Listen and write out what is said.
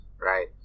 right